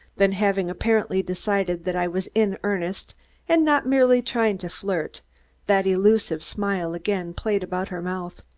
then having apparently decided that i was in earnest and not merely trying to flirt that elusive smile again played about her mouth.